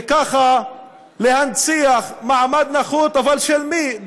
וככה להנציח מעמד נחות, אבל של מי?